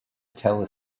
tele